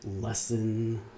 lesson